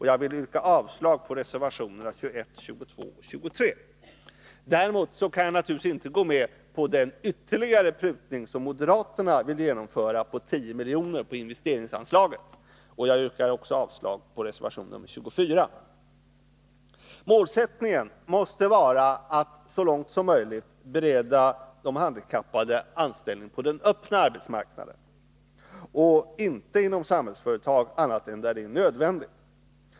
Jag yrkar avslag på reservationerna 21, 22 och 23: Däremot kan vi naturligtvis inte gå med på den ytterligare prutning med 10 miljoner på investeringsanslaget som moderaterna vill genomföra. Jag yrkar avslag på reservationen 24. Målsättningen måste vara att så långt som möjligt bereda de handikappade anställning på den öppna arbetsmarknaden och inte inom Samhällsföretag, annat än när det är nödvändigt.